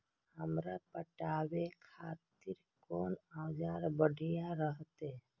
हमरा पटावे खातिर कोन औजार बढ़िया रहते?